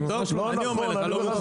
אני אומר לך.